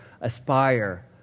aspire